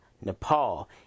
Nepal